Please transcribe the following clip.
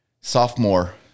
sophomore